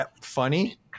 funny